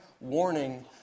warning